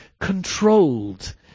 controlled